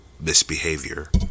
misbehavior